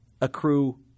accrue